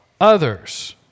others